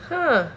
!huh!